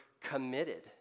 committed